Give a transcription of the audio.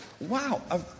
Wow